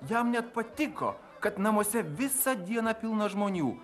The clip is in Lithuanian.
jam net patiko kad namuose visą dieną pilna žmonių